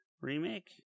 Remake